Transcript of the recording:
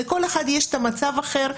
לכל אחד יש מצב אחר,